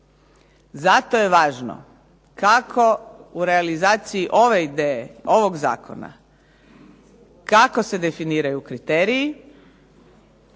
Zato je važno kako u realizaciji ove ideje, ovog zakona kako se definiraju kriteriji,